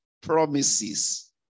promises